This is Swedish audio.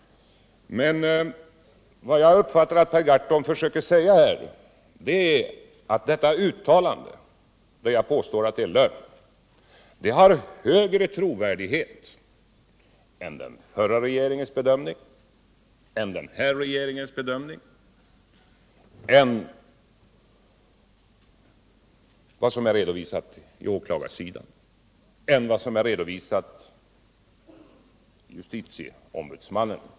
Vad jag uppfattade att Per Gahrton försökte säga var emellertid att denna uppgift — som jag alltså påstår är lögn — har högre trovärdighet än den förra regeringens bedömning och den nuvarande regeringens bedömning och vad som är redovisat på åklagarsidan och av justitieombudsmannen.